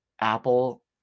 Apple